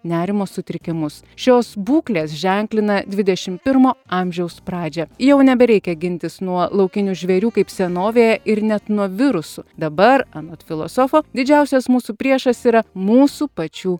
nerimo sutrikimus šios būklės ženklina dvidešimt pirmo amžiaus pradžią jau nebereikia gintis nuo laukinių žvėrių kaip senovėje ir net nuo virusų dabar anot filosofo didžiausias mūsų priešas yra mūsų pačių